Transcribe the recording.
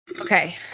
Okay